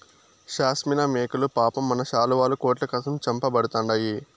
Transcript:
షాస్మినా మేకలు పాపం మన శాలువాలు, కోట్ల కోసం చంపబడతండాయి